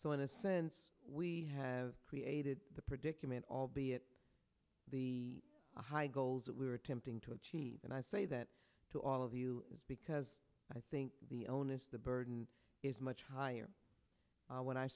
so in a sense we have created the predicament albeit the high goals that we are attempting to achieve and i say that to all of you because i think the onus the burden is much higher when i